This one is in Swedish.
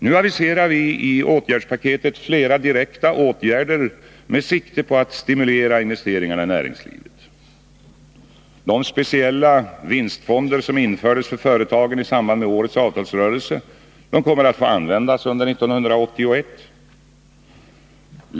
Nu aviserar vi i åtgärdspaketet flera direkta åtgärder med sikte på att stimulera investeringarna i näringslivet. De speciella vinstfonder som infördes för företagen i samband med årets avtalsrörelse kommer att få användas under 1981.